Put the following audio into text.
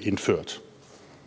indført.